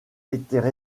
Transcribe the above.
étaient